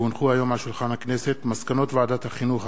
כי הונחו היום על שולחן הכנסת מסקנות ועדת החינוך,